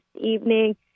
evening